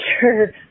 sure